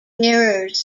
mirrors